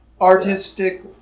artistic